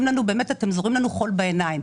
אתם זורים לנו חול בעיניים.